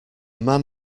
man